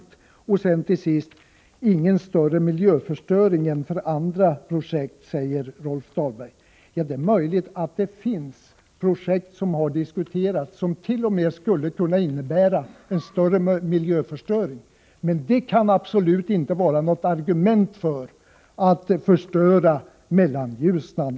Till sist: Miljöförstöringen blir inte större än den blir för andra projekt, säger Rolf Dahlberg. Ja, det är möjligt att det finns projekt som har diskuterats och som t.o.m. skulle kunna innebära en större miljöförstöring. Men ett sådant resonemang kan absolut inte utgöra något argument för att förstöra Mellanljusnan.